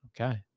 Okay